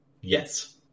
Yes